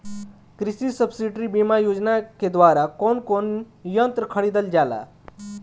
कृषि सब्सिडी बीमा योजना के द्वारा कौन कौन यंत्र खरीदल जाला?